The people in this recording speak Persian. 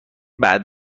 بعد